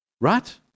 right